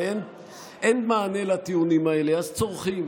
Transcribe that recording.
הרי אין מענה על הטיעונים האלה, אז צורחים.